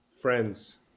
friends